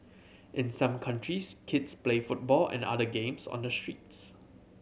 in some countries kids play football and other games on the streets